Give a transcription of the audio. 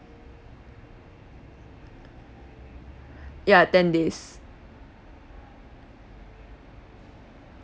ya ten days